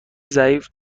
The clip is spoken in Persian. ضعیف